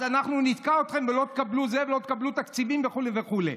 אז אנחנו נתקע אתכם ולא תקבלו את זה ולא תקבלו תקציבים וכו' וכו'.